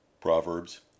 Proverbs